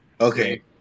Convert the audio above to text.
Okay